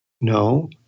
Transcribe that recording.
No